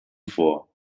vor